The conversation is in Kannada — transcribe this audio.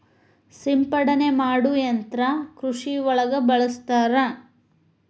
ಸಿಂಪಡನೆ ಮಾಡು ಯಂತ್ರಾ ಕೃಷಿ ಒಳಗ ಬಳಸ್ತಾರ